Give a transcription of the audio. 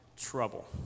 trouble